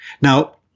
now